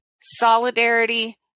Solidarity